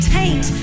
taint